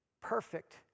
Perfect